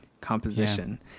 composition